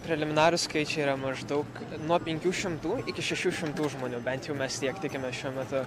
preliminarūs skaičiai yra maždaug nuo penkių šimtų iki šešių šimtų žmonių bent jau mes tiek tikimės šiuo metu